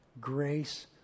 grace